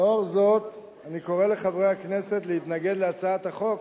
לאור זאת אני קורא לחברי הכנסת להתנגד להצעת החוק,